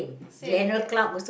same